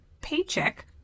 paycheck